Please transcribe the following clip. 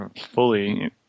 fully